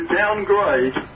downgrade